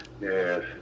Yes